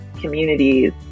communities